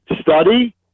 Study